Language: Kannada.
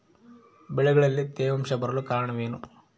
ಬೆಳೆಗಳಲ್ಲಿ ತೇವಾಂಶ ಬರಲು ಕಾರಣ ಏನು?